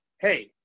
hey